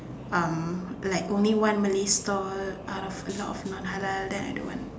um like only one Malay stall out a lot of non halal then I don't want